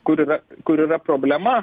kur yra kur yra problema